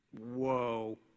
Whoa